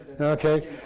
Okay